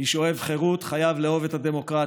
מי שאוהב חירות חייב לאהוב את הדמוקרטיה,